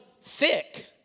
thick